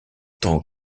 tant